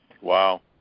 Wow